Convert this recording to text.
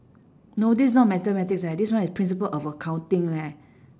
no this is not mathematics eh this one is principle of accounting leh